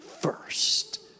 first